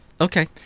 Okay